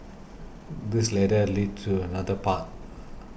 this ladder leads to another path